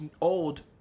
old